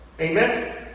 Amen